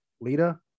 Lita